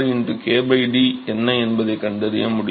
36 k D என்ன என்பதைக் கண்டறிய முடியும்